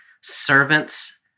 servants